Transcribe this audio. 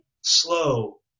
slow